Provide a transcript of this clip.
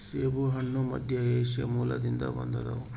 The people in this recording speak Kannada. ಸೇಬುಹಣ್ಣು ಮಧ್ಯಏಷ್ಯಾ ಮೂಲದಿಂದ ಬಂದದ